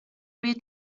روی